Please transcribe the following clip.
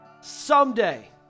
Someday